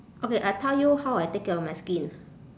okay I tell you how I take care of my skin